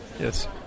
Yes